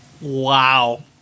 Wow